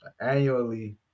annually